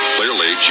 Clearly